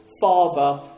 father